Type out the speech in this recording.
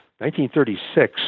1936